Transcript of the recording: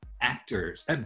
actors